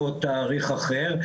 או תאריך אחר,